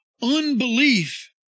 Unbelief